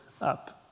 up